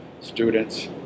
students